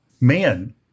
Man